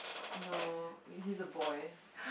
no he's a boy